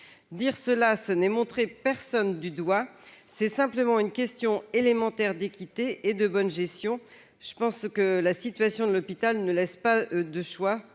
Dire cela, ce n'est montrer personne du doigt. C'est simplement une question élémentaire d'équité et de bonne gestion. La situation de l'hôpital ne laisse de toute